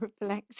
reflect